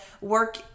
work